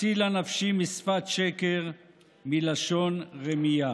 הצילה נפשי משפת שקר מלשון רמיה".